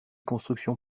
constructions